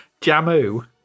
jamu